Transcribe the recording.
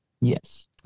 Yes